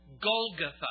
Golgotha